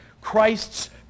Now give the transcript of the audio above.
Christ's